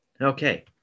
Okay